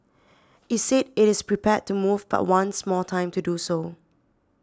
it said it is prepared to move but wants more time to do so